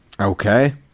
Okay